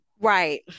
Right